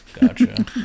Gotcha